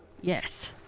Yes